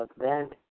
event